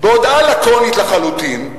בהודעה לקונית לחלוטין,